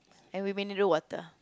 and with mineral water